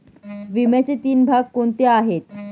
विम्याचे तीन भाग कोणते आहेत?